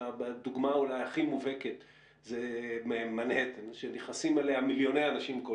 דוגמא אולי הכי מובהקת זה מנהטן שנכנסים אליה מיליוני אנשים כל